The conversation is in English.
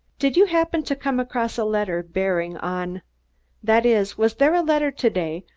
did you happen to come across a letter bearing on that is, was there a letter to-day,